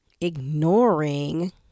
ignoring